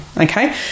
Okay